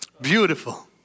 Beautiful